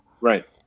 right